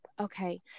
Okay